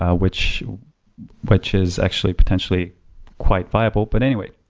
ah which which is actually potentially quite viable. but anyway,